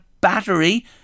Battery